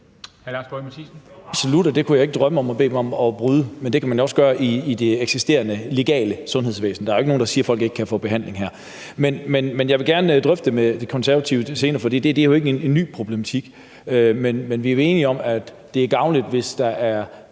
(NB): Absolut, og det kunne jeg ikke drømme om at bede dem om at bryde. Men det kan man jo også gøre i det eksisterende legale sundhedsvæsen. Der er jo ikke nogen, der siger, at folk ikke kan få behandling her. Men jeg vil gerne drøfte det med De Konservative senere, for det her er jo ikke en ny problematik. Men vi er vel enige om, at det er gavnligt, hvis de